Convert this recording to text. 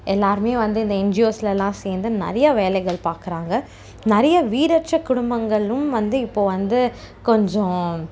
எல்லாரும் வந்து இந்த என்ஜிஓஸில் எல்லாம் சேர்ந்து நிறைய வேலைகள் பார்க்கறாங்க நிறைய வீடற்ற குடும்பங்களும் வந்து இப்போ வந்து கொஞ்சம்